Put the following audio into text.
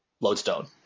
Lodestone